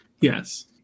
Yes